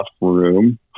room